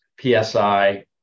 PSI